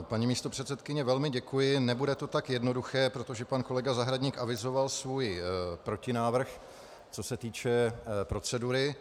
Paní místopředsedkyně, velmi děkuji, nebude to tak jednoduché, protože pan kolega Zahradník avizoval svůj protinávrh, co se týče procedury.